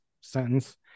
sentence